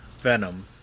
Venom